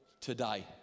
today